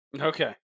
Okay